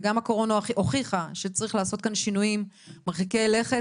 וגם הקורונה הוכיחה שצריך לעשות כאן שינויים מרחיקי לכת,